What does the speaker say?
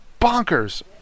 bonkers